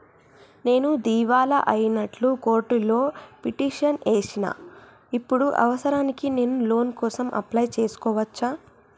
నేను దివాలా అయినట్లు కోర్టులో పిటిషన్ ఏశిన ఇప్పుడు అవసరానికి నేను లోన్ కోసం అప్లయ్ చేస్కోవచ్చా?